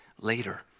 later